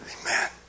Amen